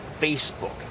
Facebook